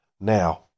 now